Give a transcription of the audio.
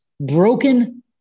Broken